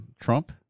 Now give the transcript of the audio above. Trump